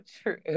true